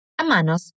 Amanos